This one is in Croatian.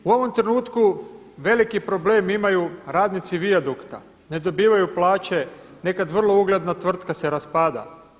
U ovom trenutku veliki problem imaju radnici Viadukta, ne dobivaju plaće, nekad vrlo uredna tvrtka se raspada.